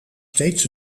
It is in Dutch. steeds